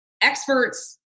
Experts